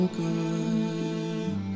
good